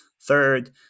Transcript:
third